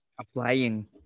applying